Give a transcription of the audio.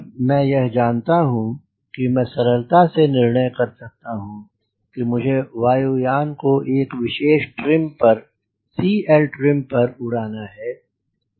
जब मैं यह जनता हूँ मैं सरलता से निर्णय कर सकता हूँ कि मुझे वायु यान को एक विशेष ट्रिम पर CLtrim पर उड़ाना है